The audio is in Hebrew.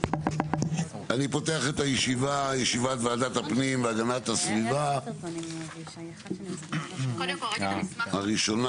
אני פותח את ישיבת ועדת הפנים והגנת הסביבה הראשונה